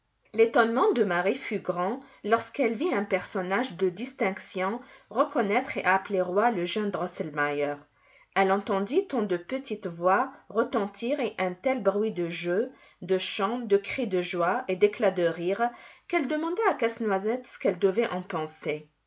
l'étonnement de marie fut grand lorsqu'elle vit un personnage de distinction reconnaître et appeler roi le jeune drosselmeier elle entendit tant de petites voix retentir et un tel bruit de jeux de chants de cris de joie et d'éclats de rire qu'elle demanda à casse-noisette ce qu'elle devait en penser